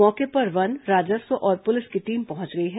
मौके पर वन राजस्व और पुलिस की टीम पहुंच गई है